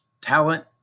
Talent